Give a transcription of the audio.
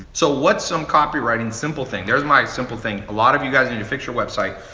so, what's some copy writing simple thing? there's my simple thing. a lot of you guys need to fix your website.